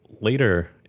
later